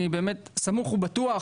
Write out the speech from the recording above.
ואני סמוך ובטוח,